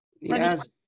Yes